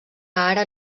ara